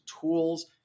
tools